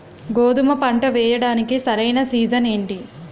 గోధుమపంట వేయడానికి సరైన సీజన్ ఏంటి?